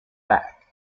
back